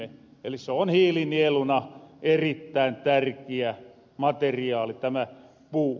eli se on hiilinieluna erittäin tärkiä materiaali tämä puu